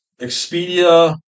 Expedia